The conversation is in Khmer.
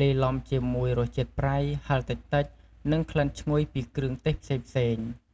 លាយឡំជាមួយរសជាតិប្រៃ ហឹរតិចៗ និងក្លិនឈ្ងុយពីគ្រឿងទេសផ្សេងៗ។